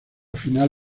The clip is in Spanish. final